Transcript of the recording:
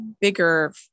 bigger